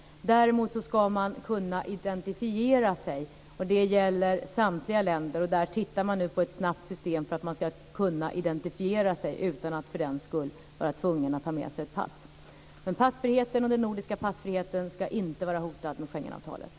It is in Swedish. Däremot ska man kunna identifiera sig. Det gäller samtliga länder. Man söker nu ett system för att man ska kunna identifiera sig utan att för den skull vara tvungen att ta med sig ett pass. Passfriheten och den nordiska passfriheten ska inte vara hotad med Schengenavtalet.